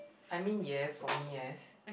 I mean yes for me yes